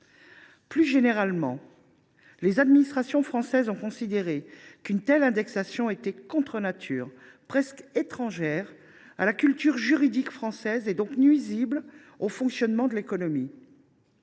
Plus généralement, les administrations françaises ont considéré qu’une telle indexation était contre nature, presque étrangère à la culture juridique de notre pays, donc nuisible au fonctionnement de l’économie.